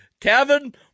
Kevin